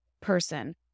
person